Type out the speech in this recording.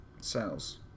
cells